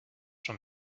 from